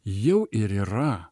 jau ir yra